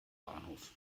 bahnhof